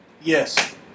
Yes